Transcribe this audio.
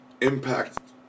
impact